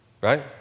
right